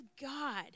God